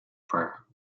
prayer